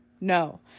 No